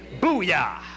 Booyah